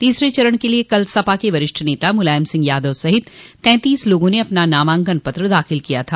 तीसरे चरण के लिये कल सपा के वरिष्ठ नेता मुलायम सिंह यादव सहित तैंतीस लोगों ने अपना नामांकन पत्र दाखिल किया था